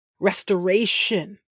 Restoration